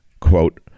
quote